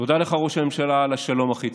תודה לך, ראש הממשלה, על השלום החיצוני.